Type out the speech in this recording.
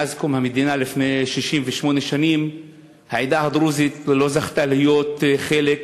מאז קום המדינה לפני 68 שנים העדה הדרוזית לא זכתה להיות חלק